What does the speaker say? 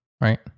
right